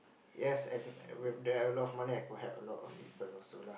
yes and with that a lot of money I could help a lot of people also lah